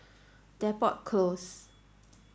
Depot Close